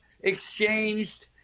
exchanged